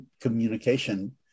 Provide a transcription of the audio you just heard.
communication